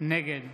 נגד